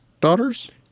daughter's